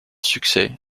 succès